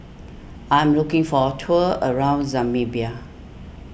I'm looking for a tour around Namibia